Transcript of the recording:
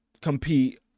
compete